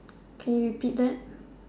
can you repeat that